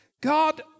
God